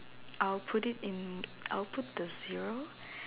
I'll put it in I'll put the zero